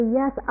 yes